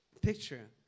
picture